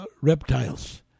reptiles